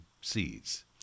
sees